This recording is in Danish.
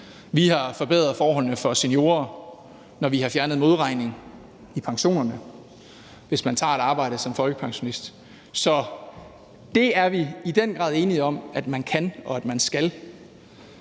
Vi har forbedret forholdene for seniorer, når vi har fjernet modregning i pensionen, hvis man tager et arbejde som folkepensionist. Så det er vi i den grad enige om at man kan og at man skal,